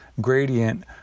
gradient